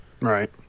right